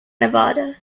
nevada